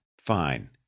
Fine